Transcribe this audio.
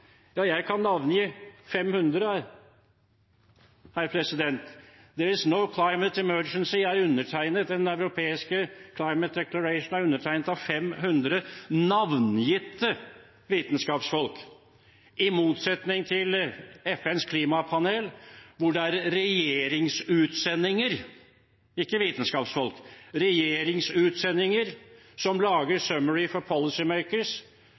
Ja, jeg kan navngi 500. «There is no climate emergency», sies det i European Climate Declaration, som er undertegnet av 500 navngitte vitenskapsfolk – i motsetning til FNs klimapanel, hvor det er regjeringsutsendinger, ikke vitenskapsfolk, som lager «summary for